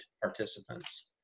participants